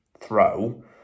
throw